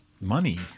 money